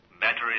battery